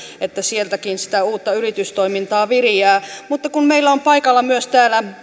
että sieltäkin sitä uutta yritystoimintaa viriää mutta kun meillä on paikalla täällä